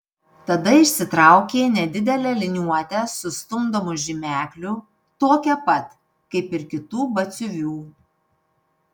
tada išsitraukė nedidelę liniuotę su stumdomu žymekliu tokią pat kaip ir kitų batsiuvių